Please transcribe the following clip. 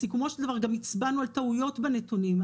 בסיכומו של דבר גם הצבענו על טעויות בנתונים.